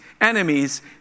enemies